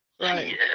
Right